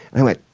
i went,